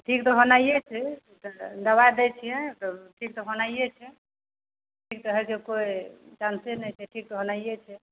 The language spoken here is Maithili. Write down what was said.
ठीक तऽ होनाइए छै दवाइ दै छिए तऽ ठीक तऽ होनाइए छै ठीक तऽ होइ छै कोइ चान्से नहि छै ठीक तऽ होनाइए छै